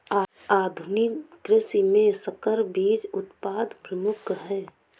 आधुनिक कृषि में संकर बीज उत्पादन प्रमुख है